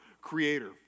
Creator